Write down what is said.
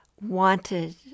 wanted